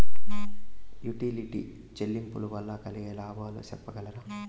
Utility చెల్లింపులు వల్ల కలిగే లాభాలు సెప్పగలరా?